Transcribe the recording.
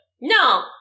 No